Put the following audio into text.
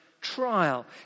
Trial